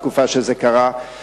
בתקופה שזה קרה,